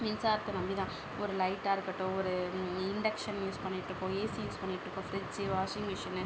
மின்சாரத்தை நம்பிதான் ஒரு லைட்டாக இருக்கட்டும் ஒரு இ இன்டெக்ஷன் யூஸ் பண்ணிட்டுருப்போம் ஏசி யூஸ் பண்ணிட்டுருப்போம் ஃப்ரிட்ஜு வாஷிங் மிஷினு